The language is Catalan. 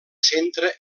centra